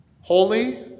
Holy